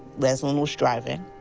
lesline was driving.